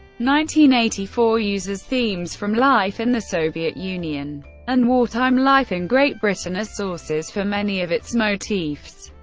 nineteen eighty-four uses themes from life in the soviet union and wartime life in great britain as sources for many of its motifs.